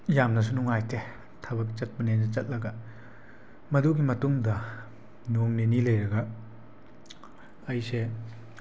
ꯌꯥꯝꯅꯁꯨ ꯅꯨꯡꯉꯥꯏꯇꯦ ꯊꯕꯛ ꯆꯠꯄꯅꯦꯅ ꯆꯠꯂꯒ ꯃꯗꯨꯒꯤ ꯃꯇꯨꯡꯗ ꯅꯣꯡ ꯅꯤꯅꯤ ꯂꯩꯔꯒ ꯑꯩꯁꯦ